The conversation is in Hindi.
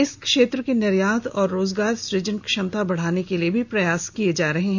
इस क्षेत्र की निर्यात और रोजगार सुजन क्षमता बढ़ाने के लिए भी प्रयास किये जा रहे हैं